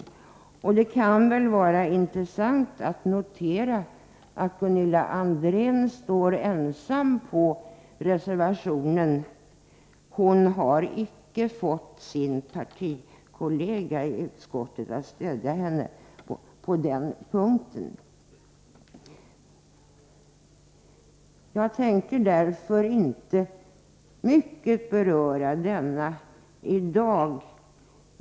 Det kan vara intressant att notera att Gunilla André står ensam bakom reservation 2— hon har icke fått sin partikollega i utskottet att stödja henne på denna punkt. Jag tänker därför inte särskilt mycket beröra denna fråga i dag.